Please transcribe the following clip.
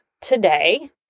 today